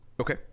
Okay